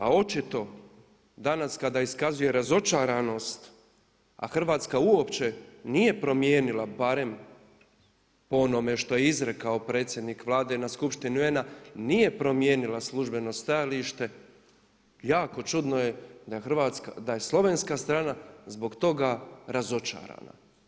A očito danas kada iskazuje razočaranost a Hrvatska uopće nije promijenila, barem po onome što je izrekao predsjednik Vlade na skupštini UN-a, nije promijenila službeno stajalište, jako čudno je da je slovenska strana zbog toga razočarana.